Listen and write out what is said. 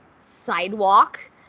sidewalk